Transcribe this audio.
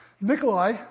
Nikolai